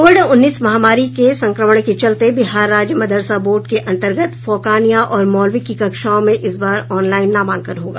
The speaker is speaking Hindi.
कोविड उन्नीस महामारी के संक्रमण के चलते बिहार राज्य मदरसा बोर्ड के अंतर्गत फौकानिया और मौलवी की कक्षाओं में इस बार ऑनलाईन नामांकन होगा